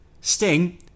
Sting